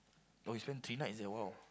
oh you spend three nights there !wow!